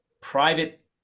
private